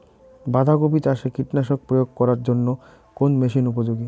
বাঁধা কপি চাষে কীটনাশক প্রয়োগ করার জন্য কোন মেশিন উপযোগী?